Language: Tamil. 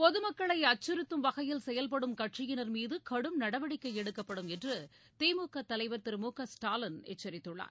பொதுமக்களை அச்சுறுத்தும் வகையில் செயல்படும் கட்சியினர் மீது கடும் நடவடிக்கை எடுக்கப்படும் என்று திமுக தலைவர் திரு மு க ஸ்டாலின் எச்சரித்துள்ளார்